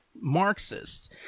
Marxists